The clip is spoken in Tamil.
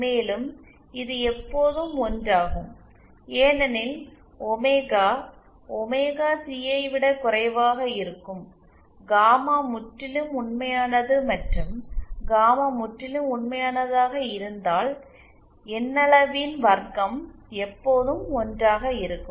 மேலும் இது எப்போதும் ஒன்றாகும் ஏனெனில் ஒமேகா ஒமேகா சி ஐ விட குறைவாக இருக்கும் காமா முற்றிலும் உண்மையானது மற்றும் காமா முற்றிலும் உண்மையானதாக இருந்தால் எண்ணளவின் வர்க்கம் எப்போதும் ஒன்றாக இருக்கும்